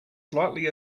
slightly